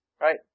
right